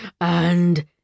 and—